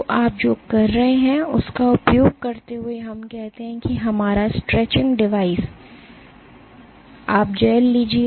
तो आप जो कर रहे हैं उसका उपयोग करते हुए हम कहते हैं कि यह हमारा स्ट्रेचिंग डिवाइस आप जेल लीजिए